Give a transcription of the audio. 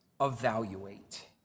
evaluate